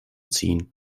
ziehen